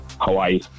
Hawaii